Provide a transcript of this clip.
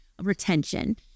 Retention